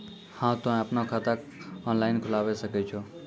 हाँ तोय आपनो खाता ऑनलाइन खोलावे सकै छौ?